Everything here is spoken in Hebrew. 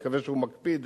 אני מקווה שהוא מקפיד